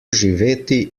živeti